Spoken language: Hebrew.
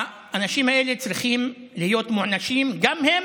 האנשים האלה צריכים להיות מוענשים גם הם,